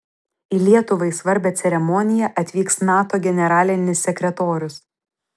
į lietuvai svarbią ceremoniją atvyks nato generalinis sekretorius